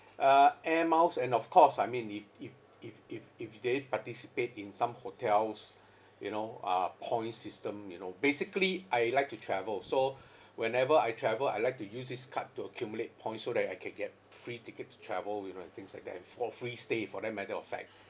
uh Air Miles and of course I mean if if if if if they participate in some hotels you know uh points system you know basically I like to travel so whenever I travel I like to use this card to accumulate points so that I can get free tickets to travel you know and things like that and for free stay for that matter of fact